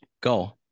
go